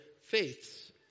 faiths